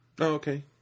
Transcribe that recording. okay